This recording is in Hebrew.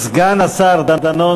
סגן השר דנון,